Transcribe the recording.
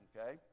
Okay